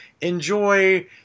Enjoy